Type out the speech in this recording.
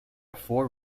four